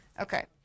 Okay